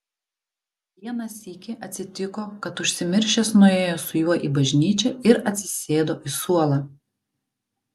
vieną sykį atsitiko kad užsimiršęs nuėjo su juo į bažnyčią ir atsisėdo į suolą